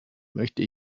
möchte